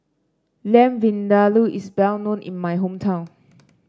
Lamb Vindaloo is well known in my hometown